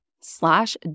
slash